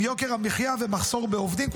עם יוקר המחיה ומחסור בעובדים,